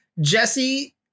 Jesse